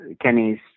Kenny's